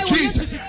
Jesus